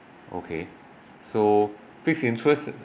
okay so fixed interest